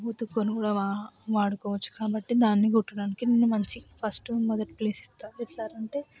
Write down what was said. ఉతుకుకోని కూడా వా వాడుకోవచ్చు కాబట్టి దాన్ని కుట్టడానికి నేను మంచి ఫస్ట్ మొదటి ప్లేస్ ఇస్తాను ఎట్లా అంటే